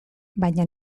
baina